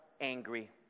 angry